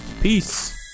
Peace